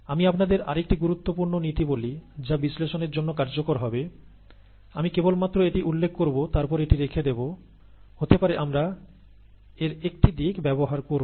আমি আপনাদের আরেকটি গুরুত্বপূর্ণ নীতি বলি যা বিশ্লেষণের জন্য কার্যকর হবে আমি কেবল মাত্র এটি উল্লেখ করব তারপর এটি রেখে দেব হতে পারে আমরা এর একটি দিক ব্যবহার করব